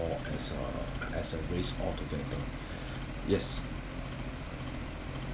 or as a as a race altogether yes